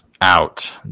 out